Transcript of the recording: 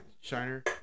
Shiner